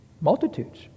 Multitudes